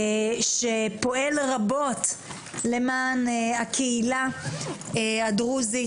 שפועל רבות למען הקהילה הדרוזית.